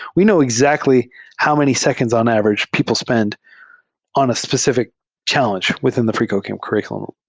we know exactly how many seconds on average people spend on a specific challenge within the freecodecamp curr iculum.